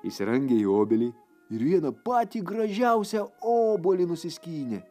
įsirangė į obelį ir vieną patį gražiausią obuolį nusiskynė